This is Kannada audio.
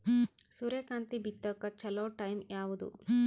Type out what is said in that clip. ಸೂರ್ಯಕಾಂತಿ ಬಿತ್ತಕ ಚೋಲೊ ಟೈಂ ಯಾವುದು?